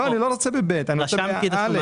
אני לא רוצה ב-(ב), אני רוצה ב-(א).